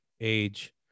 age